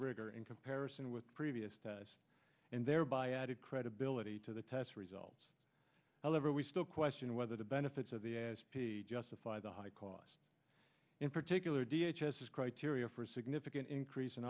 in comparison with previous tests and thereby added credibility to the test results however we still question whether the benefits of the s p justify the high cost in particular d h as his criteria for a significant increase in